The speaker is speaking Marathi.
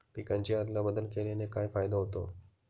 पिकांची अदला बदल केल्याने काय फायदा होतो?